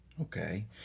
okay